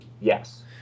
yes